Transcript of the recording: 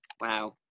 Wow